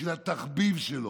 בשביל התחביב שלו.